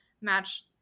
match